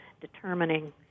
determining